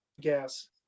gas